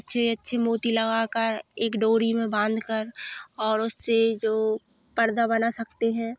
अच्छे अच्छे मोती लगाकर एक डोरी में बांधकर और उससे जो पर्दा बना सकते हैं